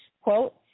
quote